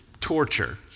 torture